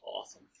awesome